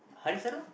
Harisano